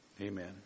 Amen